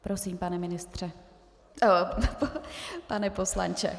Prosím, pane ministře pane poslanče.